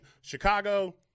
Chicago